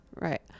Right